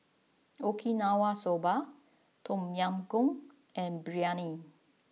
Okinawa Soba Tom Yam Goong and Biryani